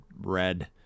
red